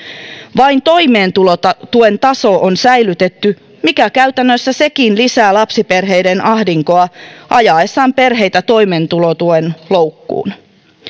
vain toimeentulotuen taso on säilytetty mikä käytännössä sekin lisää lapsiperheiden ahdinkoa ajaessaan perheitä toimeentulotuen loukkuun